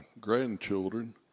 grandchildren